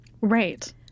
Right